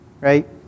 right